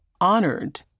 honored